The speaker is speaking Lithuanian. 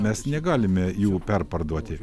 mes negalime jų perparduoti